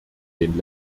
den